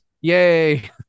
yay